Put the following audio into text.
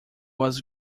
was